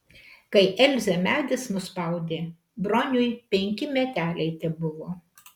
kai elzę medis nuspaudė broniui penki meteliai tebuvo